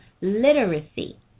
literacy